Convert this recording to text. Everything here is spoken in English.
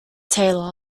taylor